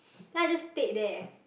then I just stayed there